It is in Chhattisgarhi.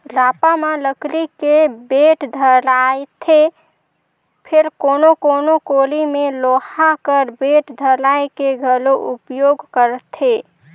रापा म लकड़ी के बेठ धराएथे फेर कोनो कोनो कोड़ी मे लोहा कर बेठ धराए के घलो उपियोग करथे